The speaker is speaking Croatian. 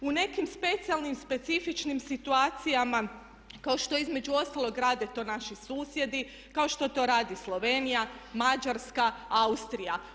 U nekim specijalnim, specifičnim situacijama kao što između ostalog rade to naši susjedi, kao što to radi Slovenija, Mađarska, Austrija.